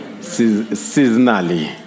seasonally